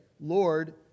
Lord